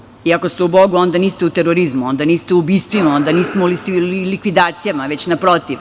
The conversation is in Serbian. Bog je ljubav i ako ste u bogu onda niste u terorizmu, onda niste u ubistvima, onda niste u likvidacijama, već naprotiv.